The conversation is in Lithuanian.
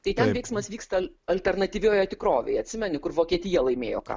tai ten veiksmas vyksta al alternatyvioje tikrovėje atsimeni kur vokietija laimėjo karą